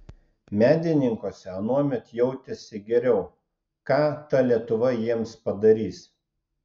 medininkuose anuomet jautėsi geriau ką ta lietuva jiems padarys